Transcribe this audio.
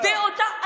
אני מסכים איתך.